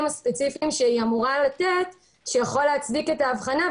הספציפיים שהיא אמורה לתת שיכול להצדיק את האבחנה,